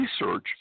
research